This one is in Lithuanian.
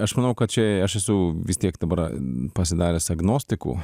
aš manau kad čia aš esu vis tiek dabar pasidaręs agnostiku